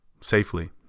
safely